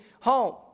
home